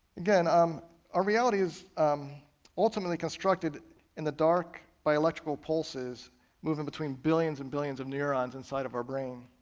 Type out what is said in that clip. again, our um ah reality is ultimately constructed in the dark by electrical pulses moving between billions and billions of neurons inside of our brain.